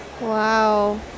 wow